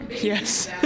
Yes